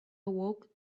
awoke